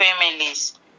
families